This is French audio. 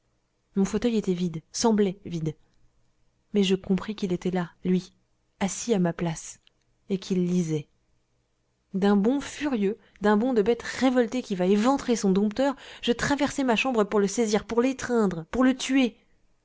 mon fauteuil était vide semblait vide mais je compris qu'il était là lui assis à ma place et qu'il lisait d'un bond furieux d'un bond de bête révoltée qui va éventrer son dompteur je traversai ma chambre pour le saisir pour l'étreindre pour le tuer